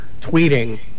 tweeting